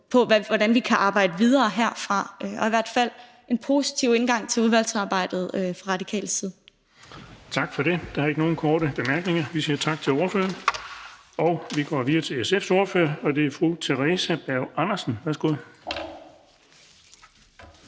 på, hvordan vi kan arbejde videre herfra. Der vil i hvert fald være en positiv tilgang til udvalgsarbejdet fra Radikales side. Kl. 16:42 Den fg. formand (Erling Bonnesen): Tak for det. Der er ikke nogen korte bemærkninger, så vi siger tak til ordføreren og går videre til SF's ordfører, og det er fru Theresa Berg Andersen. Værsgo.